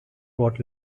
what